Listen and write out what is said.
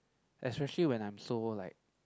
especially when I'm so like